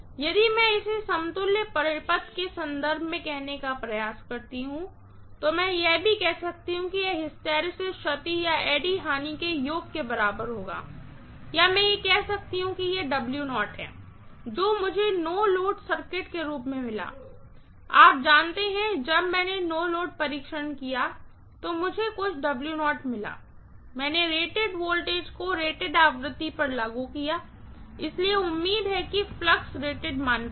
यदि मैं इसे समतुल्य सर्किट के संदर्भ में कहने का प्रयास करती हूँ तो मैं यह भी कह सकती हूँ कि यह हिस्टैरिसीस क्षति और एडी करंट हानि के योग के बराबर होगा या मैं यह भी कह सकती हूँ कि यह है जो मुझे नो लोड सर्किट के रूप में मिला आप जानते हैं जब मैंने नो लोड परीक्षण किया तो मुझे कुछ मिला मैंने रेटेड वोल्टेज को रेटेड आवृत्ति पर लागू किया इसलिए उम्मीद है कि फ्लक्स रेटेड मान पर है